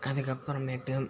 அதுக்கப்புறமேட்டு